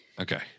Okay